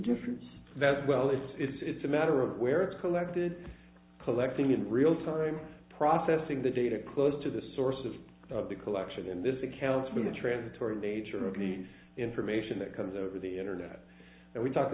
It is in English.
difference that well it's it's a matter of where it's collected collecting in real time processing the data close to the source of the collection in this accounts with the transitory nature of any information that comes over the internet and we talked